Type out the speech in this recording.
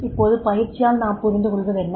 இப்போது பயிற்சியால் நாம் புரிந்துகொள்வது என்ன